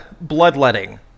bloodletting